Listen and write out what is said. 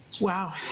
Wow